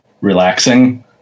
relaxing